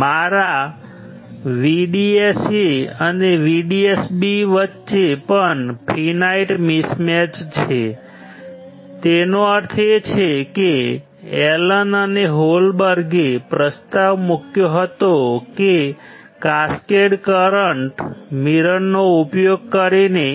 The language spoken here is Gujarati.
મારા VDSA અને VDSB વચ્ચે પણ ફિનાઈટ મિસમેચ છે તેનો અર્થ એ છે કે એલન અને હોલબર્ગે પ્રસ્તાવ મૂક્યો હતો કે કાસ્કેડ કરંટ મિરરનો ઉપયોગ કરીને